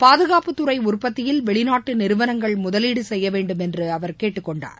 பாதுகாப்புத்துறை உற்பத்தியில் வெளிநாட்டு நிறுவனங்கள் முதலீடு செய்யவேண்டும் என்று அவர் கேட்டுக்கொண்டார்